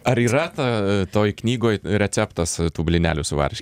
ar yra ta toj knygoj receptas tų blynelių su varške